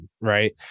right